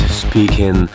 speaking